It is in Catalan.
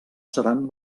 seran